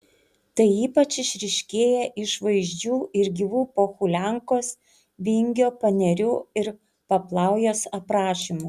tai ypač išryškėja iš vaizdžių ir gyvų pohuliankos vingio panerių ir paplaujos aprašymų